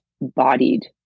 bodied